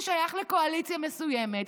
ששייך לקואליציה מסוימת,